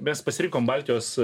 mes pasirinkom baltijos